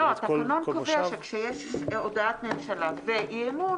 --- התקנון קובע שכשיש הודעת ממשלה ואי-אמון